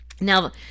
Now